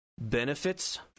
benefits